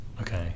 Okay